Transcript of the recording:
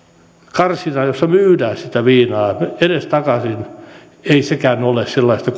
karsinaan jossa myydään sitä viinaa edestakaisin ei sekään ole sellaista